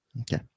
Okay